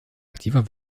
aktiver